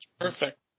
Perfect